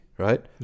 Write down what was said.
right